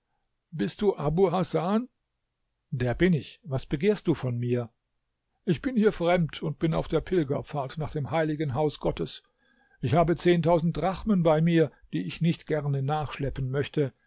bist du abu hasan der bin ich was begehrst du von mir ich bin hier fremd und bin auf der pilgerfahrt nach dem heiligen haus gottes ich habe zehntausend drachmen bei mir die ich nicht gerne nachschleppen möchte